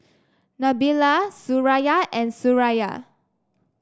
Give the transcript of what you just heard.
Nabila Suraya and Suraya